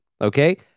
Okay